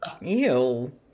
Ew